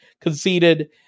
conceded